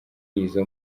izo